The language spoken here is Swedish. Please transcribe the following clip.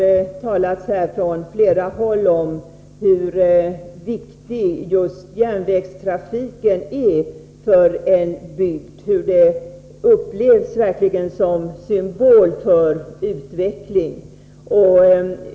Det har från flera håll talats om hur viktig just järnvägstrafiken är för en bygd och hur den verkligen upplevs som en symbol för utveckling.